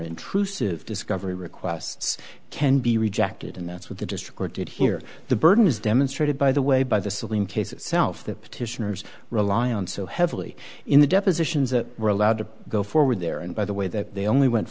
intrusive discovery requests can be rejected and that's what the district court did here the burden is demonstrated by the way by the celing case itself the petitioners rely on so heavily in the depositions that were allowed to go forward there and by the way that they only went